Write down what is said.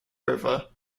river